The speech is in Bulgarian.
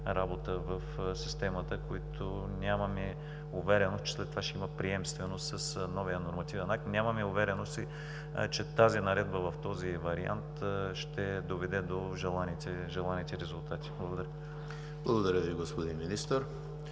работа в системата, които нямаме увереност, че след това ще има приемственост с новия нормативен акт. Нямаме увереност и че Наредбата в този вариант ще доведе до желаните резултати. Благодаря. ПРЕДСЕДАТЕЛ ЕМИЛ ХРИСТОВ: